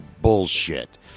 bullshit